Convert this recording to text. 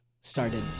started